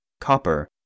copper